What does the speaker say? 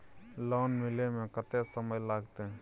Loan मिले में कत्ते समय लागते?